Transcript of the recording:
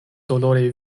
dolore